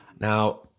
Now